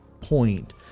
point